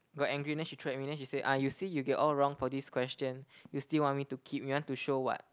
got angry then she throw at me then she say ah you see you get all wrong for this question you still want me to keep you want to show what